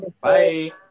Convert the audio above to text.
Bye